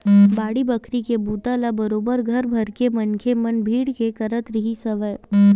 बाड़ी बखरी के बूता ल बरोबर घर भरके मनखे मन भीड़ के करत रिहिस हवय